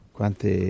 Quante